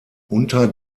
unter